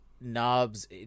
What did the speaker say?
knobs